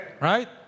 Right